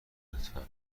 لطفا